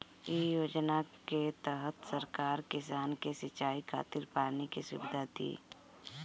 इ योजना के तहत सरकार किसान के सिंचाई खातिर पानी के सुविधा दी